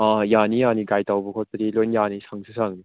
ꯑꯥ ꯌꯥꯅꯤ ꯌꯥꯅꯤ ꯒꯥꯏꯠ ꯇꯧꯕ ꯈꯣꯠꯄꯗꯤ ꯂꯣꯏ ꯌꯥꯅꯤ ꯁꯪꯁꯨ ꯁꯪꯅꯤ